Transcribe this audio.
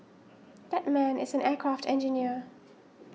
that man is an aircraft engineer